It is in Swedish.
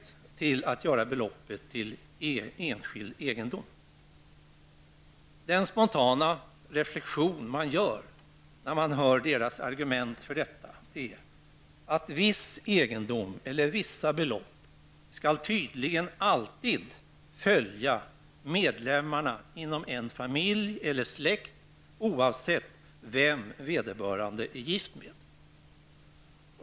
De vill att beloppet skall bli enskild egendom. Min spontana reflexion när jag lyssnar till reservanternas argument är att viss egendom, eller vissa belopp, tydligen alltid skall följa medlemmarna inom en familj eller släkt, oavsett vem vederbörande är gift med.